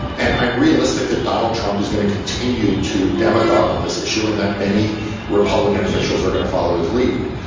and i'm realistic that donald trump is going to continue to demagogue on this issue and that many republican officials are going to follow his lead.